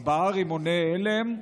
ארבעה רימוני הלם,